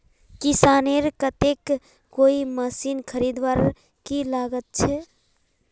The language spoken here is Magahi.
किसानेर केते कोई मशीन खरीदवार की लागत छे?